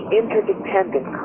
interdependent